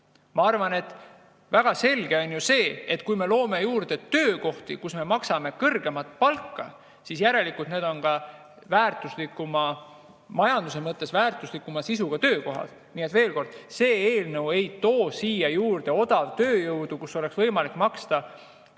Minu arvates on väga selge, et kui me loome juurde töökohti, kus me maksame kõrgemat palka, siis järelikult need on ka väärtuslikuma, majanduse mõttes väärtuslikuma sisuga töökohad. Nii et veel kord: see eelnõu ei too siia juurde odavtööjõudu, kus oleks võimalik maksta